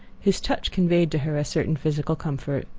his touch conveyed to her a certain physical comfort.